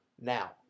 now